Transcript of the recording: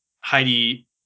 Heidi